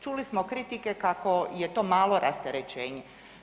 Čuli smo kritike kako je to malo rasterećenje.